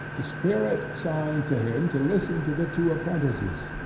the spirit signed to him to listen to the two apprentices,